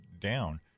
down